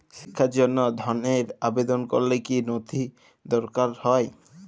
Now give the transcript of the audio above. শিক্ষার জন্য ধনের আবেদন করলে কী নথি দরকার হয়?